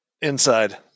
inside